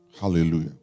Hallelujah